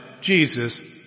Jesus